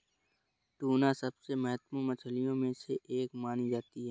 tuna सबसे महत्त्वपूर्ण मछलियों में से एक मानी जाती है